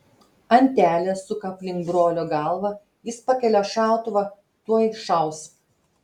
antelė suka aplink brolio galvą jis pakelia šautuvą tuoj šaus